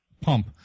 pump